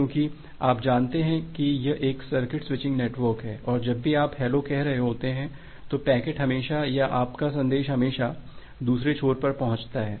क्योंकि आप जानते हैं कि यह एक सर्किट स्विचिंग नेटवर्क है और जब भी आप हैलो कह रहे होते हैं तो पैकेट हमेशा या आपका संदेश हमेशा दूसरे छोर पर पहुंचता है